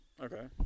Okay